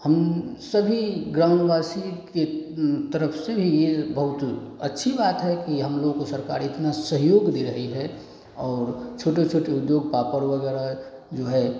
हम सभी ग्रामवासी के तरफ से भी यह बहुत अच्छी बात है कि हम लोग को सरकार इतना सहयोग दे रही है और छोटे छोटे उद्योग पापड़ वगैरह जो है